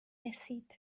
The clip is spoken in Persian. رسید